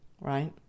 right